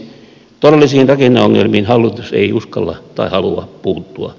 todellisiin rakenneongelmiin hallitus ei uskalla tai halua puuttua